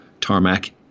Tarmac